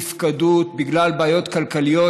נפקדות בגלל בעיות כלכליות,